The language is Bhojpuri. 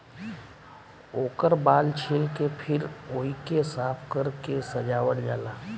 ओकर बाल छील के फिर ओइके साफ कर के सजावल जाला